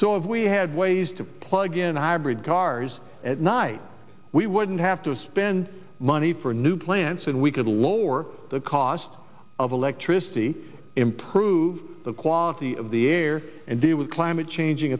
so if we had ways to plug in hybrid cars at night we wouldn't have to spend money for new plants and we could lower the cost of electricity improve the quality of the air and deal with climate changing